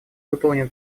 выполнены